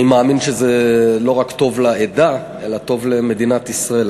אני מאמין שזה לא רק טוב לעדה אלא זה טוב למדינת ישראל,